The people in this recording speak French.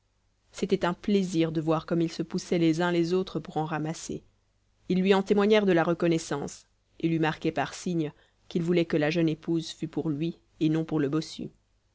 c'était un plaisir de voir comme ils se poussaient les uns les autres pour en ramasser ils lui en témoignèrent de la reconnaissance et lui marquaient par signes qu'ils voulaient que la jeune épouse fût pour lui et non pour le bossu